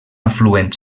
afluent